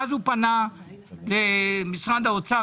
אז הוא פנה למשרד האוצר,